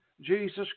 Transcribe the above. Jesus